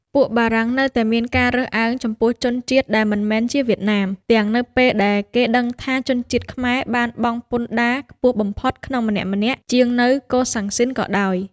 ពួកបារាំងនៅតែមានការរើសអើងចំពោះជនជាតិដែលមិនមែនជាវៀតណាម ទាំងនៅពេលដែលគេដឹងថាជនជាតិខ្មែរបានបង់ពន្ធដារខ្ពស់បំផុតក្នុងម្នាក់ៗជាងនៅកូសាំងស៊ីនក៏ដោយ។